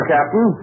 Captain